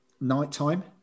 nighttime